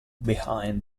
behind